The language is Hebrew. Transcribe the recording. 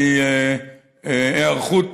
להיערכות